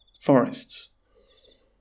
forests